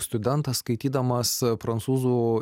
studentas skaitydamas prancūzų